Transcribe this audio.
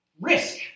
risk